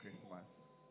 Christmas